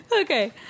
okay